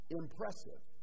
impressive